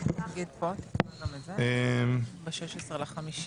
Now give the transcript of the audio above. ב-16 במאי